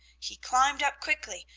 he climbed up quickly,